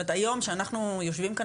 זאת אומרת היום כשאנחנו יושבים כאן